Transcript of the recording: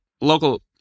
local